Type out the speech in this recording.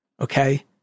Okay